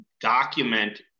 document